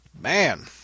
Man